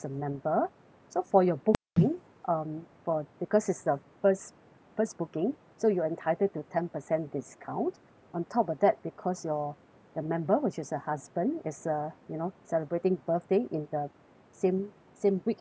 so for your booking um for because it's the first first booking so you are entitled to ten percent discount on top of that because your the member which is your husband is uh you know celebrating birthday in the same same week as the